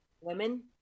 women